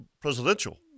presidential